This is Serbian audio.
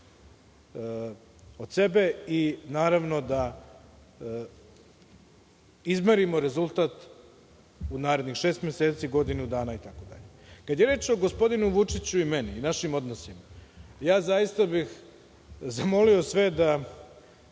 od sebe i naravno da izmerimo rezultat u narednih šest meseci, godinu dana, itd. Kada je reč o gospodinu Vučiću i meni i našim odnosima, zaista bih zamolio sve da